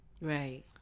Right